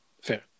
Fair